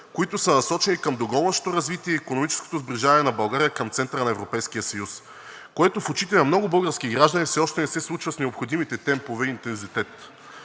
които са насочени към догонващото развитие и икономическото сближаване на България към центъра на Европейския съюз, което в очите на много български граждани все още не се случва с необходимите темпове и интензитет.